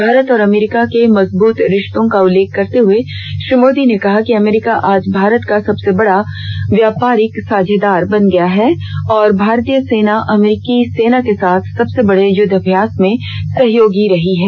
भारत और अमरीका के मजबूत रिश्तों का उल्लेख करते हुए श्री मोदी ने कहा कि अमरीका आज भारत का सबसे बड़ा व्यापारिक साझेदार बन गया है और भारतीय सेना अमरीका सेना के साथ सबसे बड़े युद्ध अभ्यास में सहयोगी रही है